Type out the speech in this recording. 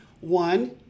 one